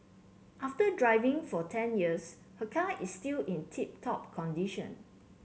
after driving for ten years her car is still in tip top condition